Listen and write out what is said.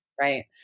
Right